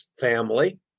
family